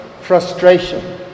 frustration